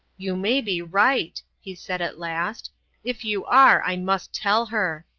you may be right, he said at last if you are, i must tell her.